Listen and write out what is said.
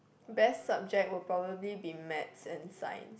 best subject will probably be maths and Science